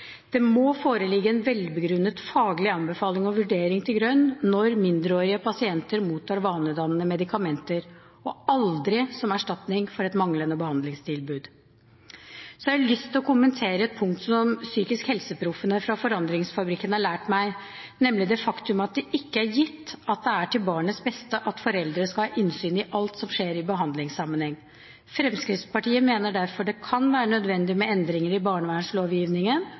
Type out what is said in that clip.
Det må foreligge en velbegrunnet faglig anbefaling og vurdering til grunn når mindreårige pasienter mottar vanedannende medikamenter, og aldri som erstatning for et manglende behandlingstilbud. Så har jeg lyst til å kommentere et punkt som PsykiskhelseProffene fra Forandringsfabrikken har lært meg, nemlig det faktum at det ikke er gitt at det er til barnets beste at foreldre skal ha innsyn i alt som skjer i behandlingssammenheng. Fremskrittspartiet mener derfor det kan være nødvendig med endringer i